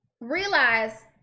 realize